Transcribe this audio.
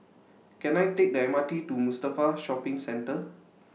Can I Take The M R T to Mustafa Shopping Centre